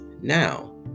now